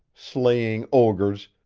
slaying ogres,